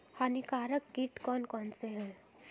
हानिकारक कीट कौन कौन से हैं?